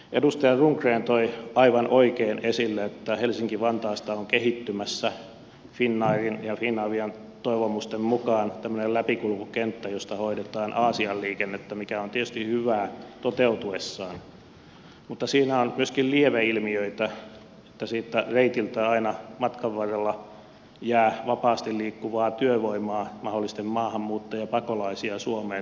edustaja rundgren toi aivan oikein esille että helsinki vantaasta on kehittymässä finnairin ja finavian toivomusten mukaan tämmöinen läpikulkukenttä josta hoidetaan aasian liikennettä mikä on tietysti hyvä toteutuessaan mutta siinä on myöskin lieveilmiöitä koska siitä reitiltä aina matkan varrella jää vapaasti liikkuvaa työvoimaa mahdollisesti maahanmuuttajapakolaisia suomeen